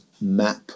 map